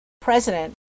President